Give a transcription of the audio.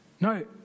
No